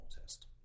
test